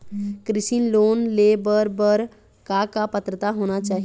कृषि लोन ले बर बर का का पात्रता होना चाही?